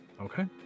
Okay